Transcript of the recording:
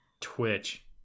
Twitch